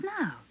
now